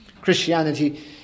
Christianity